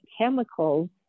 chemicals